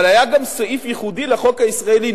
אבל היה גם סעיף ייחודי לחוק הישראלי,